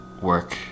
work